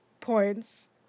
points